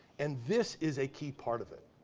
and this is a key part of it,